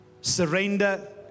surrender